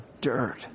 dirt